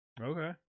Okay